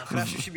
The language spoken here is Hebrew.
זה אחרי ה-60 יום.